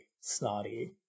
snotty